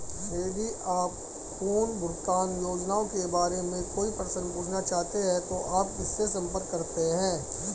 यदि आप पुनर्भुगतान योजनाओं के बारे में कोई प्रश्न पूछना चाहते हैं तो आप किससे संपर्क करते हैं?